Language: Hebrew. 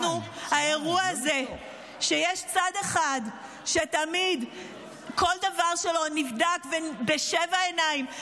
האירוע הזה שיש צד אחד שתמיד כל דבר שלו נבדק בשבע עיניים,